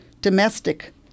domestic